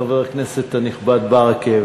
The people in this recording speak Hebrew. חבר הכנסת הנכבד ברכה,